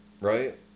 right